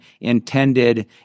intended